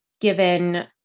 given